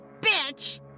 bitch